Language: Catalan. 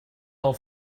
del